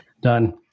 done